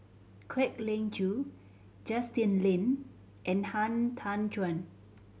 Kwek Leng Joo Justin Lean and Han Tan Juan